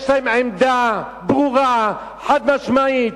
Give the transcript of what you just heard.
יש להם עמדה ברורה, חד-משמעית.